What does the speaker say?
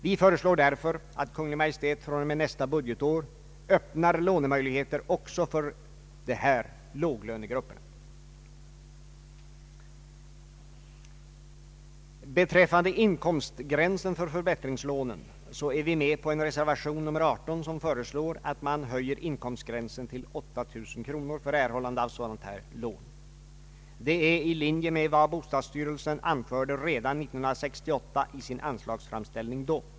Vi föreslår därför att Kungl. Maj:t från och med nästa budgetår öppnar lånemöjligheter också för de här låglönegrupperna. Beträffande inkomstgränsen för förbättringslånen är vi med på reservation 18, som föreslår höjning av inkomstgränsen till 8 000 kronor för erhållande av sådant lån. Det är i linje med vad bostadsstyrelsen anförde redan 1968 i sin anslagsframställning då.